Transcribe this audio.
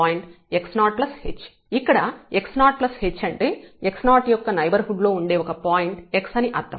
fn1x0ξx ఇక్కడ x0h అంటే x0 యొక్క నైబర్హుడ్ లో ఉండే ఒక పాయింట్ x అని అర్థం